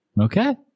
Okay